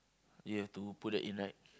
you have to put that in right